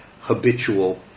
habitual